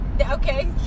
Okay